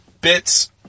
bits